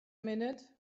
minute